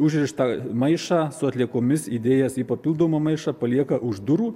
užrištą maišą su atliekomis įdėjęs į papildomą maišą palieka už durų